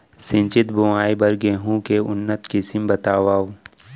सिंचित बोआई बर गेहूँ के उन्नत किसिम बतावव?